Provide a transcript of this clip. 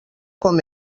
com